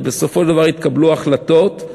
ובסופו של דבר התקבלו החלטות,